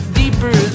deeper